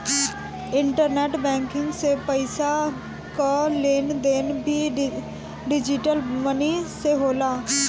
internet banking से पईसा कअ लेन देन भी डिजटल मनी से होला